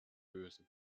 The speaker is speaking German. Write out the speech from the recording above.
lösen